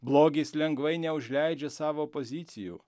blogis lengvai neužleidžia savo pozicijų